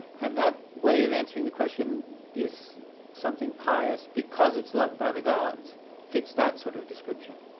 and that way of answering the question is something pious because it's loved by the gods fits that sort of description.